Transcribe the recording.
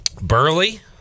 Burley